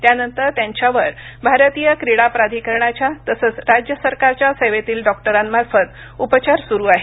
त्यानंतर त्यांच्यावर भारतीय क्रीडा प्राधिकरणाच्या तसंच राज्य सरकारच्या सेवेतील डॉक्टरांमार्फत उपचार सुरू आहेत